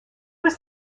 was